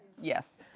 yes